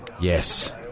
Yes